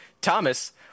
Thomas